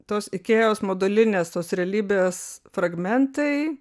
tos ikėjos modulinės tos realybės fragmentai